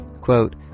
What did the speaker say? Quote